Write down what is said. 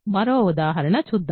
మరొక ఉదాహరణ చూద్దాం